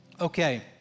Okay